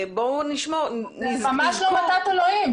בואו נזכור --- זה ממש לא מתת אלוהים,